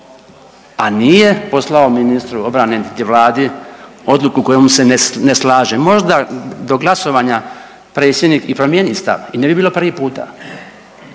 a nije poslao ministru obrane niti Vladi odluku kojom se ne slaže. Možda do glasovanja Predsjednik i promijeni stav i ne bi bilo prvi puta,